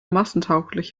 massentauglich